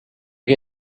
can